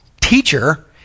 teacher